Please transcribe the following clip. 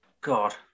God